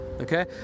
okay